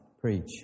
preach